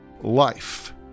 Life